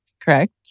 Correct